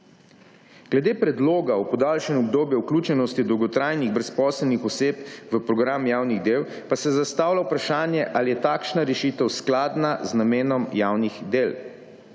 Glede predloga o podaljšanjem obdobju vključenosti dolgotrajnih brezposelnih oseb v program javnih del pa se zastavlja vprašanje, ali je takšna rešitev skladna z namenom javnih del.